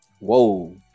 whoa